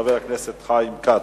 חבר הכנסת חיים כץ.